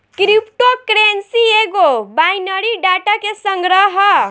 crypto currency एगो binary data के संग्रह ह